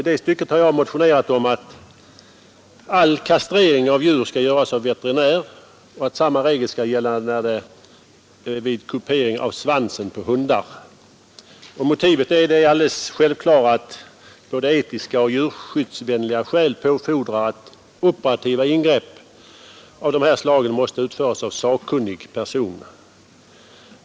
I det stycket har jag motionerat om att all kastrering av djur skall göras av veterinär och att samma regel skall gälla vid kupering av svansen på hundar. Motivet är det alldeles självklara att både etiska och djurskyddsvänliga skäl påfordrar att operativa ingrepp av de här slagen måste utföras av sakkunnig personal.